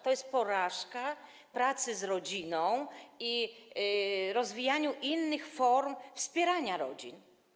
To jest porażka w zakresie pracy z rodziną i rozwijania innych form wspierania rodzin.